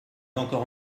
encore